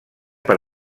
per